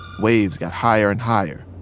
waves got higher and higher.